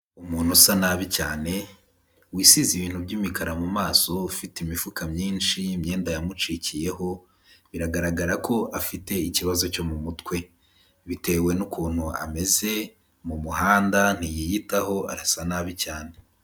Umuntu usa nabi cyane, wisize ibintu by'imikara mu maso ufite imifuka myinshi, imyenda yamucikiyeho, biragaragara ko afite ikibazo cyo mu mutwe, bitewe n'ukuntu ameze mu muhanda ntiyiyitaho arasa nabi cyane.